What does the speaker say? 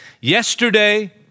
yesterday